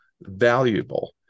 valuable